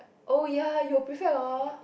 oh ya you prefect hor